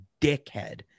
dickhead